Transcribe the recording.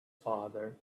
father